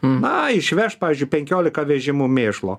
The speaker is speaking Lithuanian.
na išvešt pavyzdžiui penkiolika vežimų mėšlo